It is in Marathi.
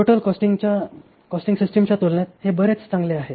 टोटल कॉस्टिंग सिस्टिमच्या तुलनेत हे बरेच चांगले आहे